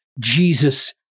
Jesus